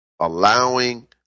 allowing